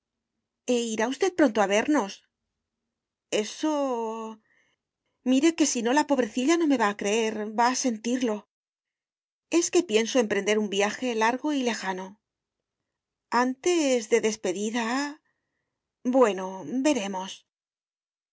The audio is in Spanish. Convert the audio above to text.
irá usted pronto a vernos eso mire que si no la pobrecilla no me va creer va a sentirlo es que pienso emprender un viaje largo y lejano antes de despedida bueno veremos